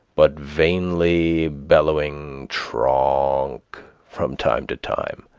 but vainly bellowing troonk from time to time,